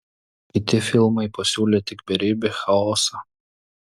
kiti filmai pasiūlė tik beribį chaosą